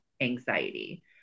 anxiety